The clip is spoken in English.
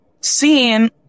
seeing